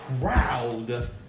crowd